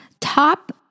top